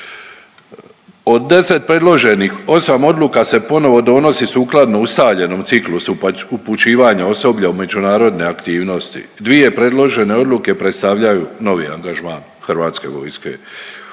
Od 10 predloženih, 8 odluka se ponovo donosi sukladno ustaljenom ciklusu upućivanja osoblja u međunarodne aktivnosti. Dvije predložene odluke predstavljaju novi angažman HV-a.